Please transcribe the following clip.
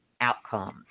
outcomes